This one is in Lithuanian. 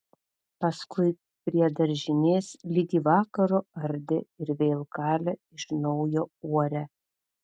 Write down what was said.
paskui prie daržinės ligi vakaro ardė ir vėl kalė iš naujo uorę